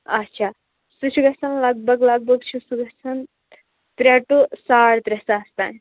اچھا سُہ چھُ گَژھان لگ بگ لگ بگ چھُ سُہ گَژھان ترٛےٚ ٹُہ ساڑٕ ترٛےٚ ساس تام